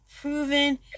proven